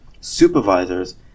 supervisors